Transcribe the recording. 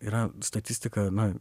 yra statistika na